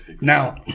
Now